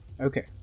okay